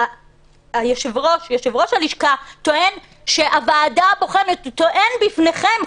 יושב-ראש לשכת עורכי הדין טוען שהוועדה הבוחנת טוען בפניכם,